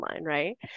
right